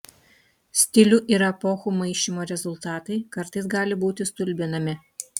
stilių ir epochų maišymo rezultatai kartais gali būti stulbinami